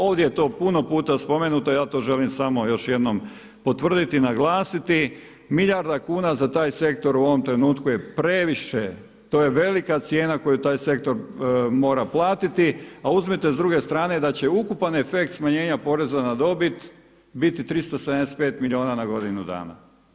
Ovdje je to puno puta spomenuto, ja to želim samo još jednom potvrditi i naglasiti, milijarda kuna za taj sektor u ovom trenutku je previše, to je velika cijena koju taj sektor mora platiti, a uzmite s druge strane da će ukupan efekt smanjenja poreza na dobit biti 375 milijuna na godinu dana.